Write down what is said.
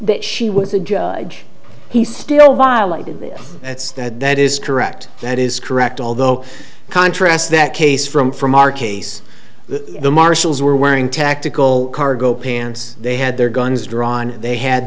that she was the judge he still while i did it that's that that is correct that is correct although contrast that case from from our case the marshals were wearing tactical cargo pants they had their guns drawn they had